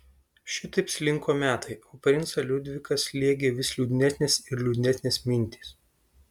šitaip slinko metai o princą liudviką slėgė vis liūdnesnės ir liūdnesnės mintys